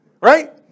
Right